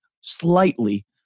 slightly